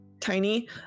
tiny